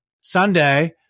Sunday